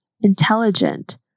intelligent